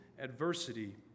adversity